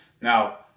Now